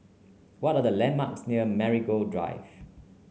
what are the landmarks near Marigold Drive